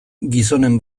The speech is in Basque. gizonen